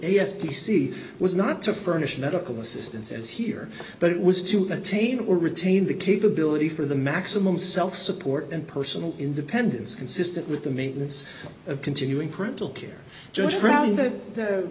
c was not to burnish medical assistance as here but it was to attain or retain the capability for the maximum self support and personal independence consistent with the maintenance of continuing parental care just aro